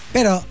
Pero